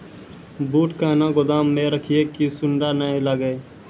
बूट कहना गोदाम मे रखिए की सुंडा नए लागे?